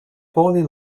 poorly